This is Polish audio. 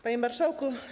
Panie Marszałku!